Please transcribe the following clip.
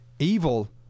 Evil